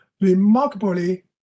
Remarkably